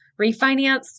refinance